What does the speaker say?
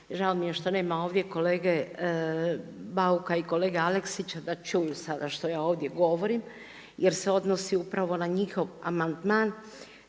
Žao mi je što nema ovdje kolege Bauka i kolege Aleksića da čuju sada što ja ovdje govorim jer se odnosi upravo na njihov amandman